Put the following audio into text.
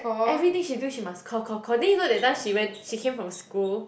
everything she do she must call call call then you know that time she went she came from school